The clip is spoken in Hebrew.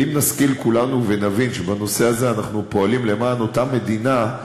ואם נשכיל כולנו ונבין שבנושא הזה אנחנו פועלים למען אותה מדינה,